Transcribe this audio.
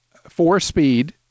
four-speed